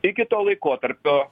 iki to laikotarpio